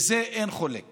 אין חולק